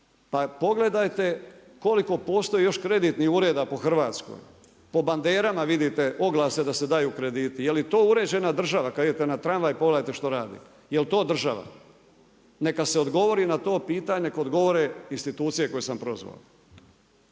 Pa pogledajte koliko postoji još kreditnih ureda po Hrvatskoj? Po banderama vidite oglase da se daju krediti. Je li to uređena država? Kad idete na tramvaj pogledajte što radi. Jel' to država? Neka se odgovori na to pitanje, nek' odgovore institucije koje sam prozvao.